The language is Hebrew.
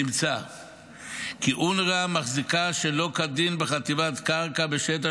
נמצא כי אונר"א מחזיקה שלא כדין בחטיבת קרקע בשטח